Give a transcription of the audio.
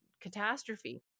catastrophe